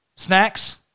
Snacks